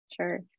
Sure